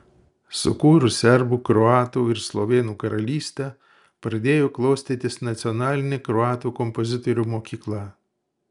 sukūrus serbų kroatų ir slovėnų karalystę pradėjo klostytis nacionalinė kroatų kompozitorių mokykla